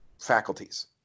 faculties